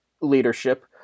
leadership